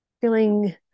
feeling